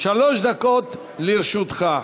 שלוש דקות לרשותך.